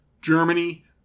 Germany